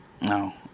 no